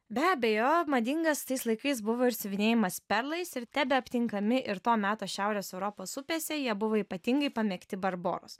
be abejojo madingas tais laikais buvo ir siuvinėjimas perlais ir tebe aptinkami ir to meto šiaurės europos upėse jie buvo ypatingai pamėgti barboros